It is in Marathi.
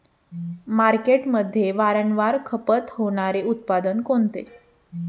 मार्केटमध्ये वारंवार खपत होणारे उत्पादन कोणते?